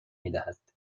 میدهد